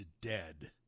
dead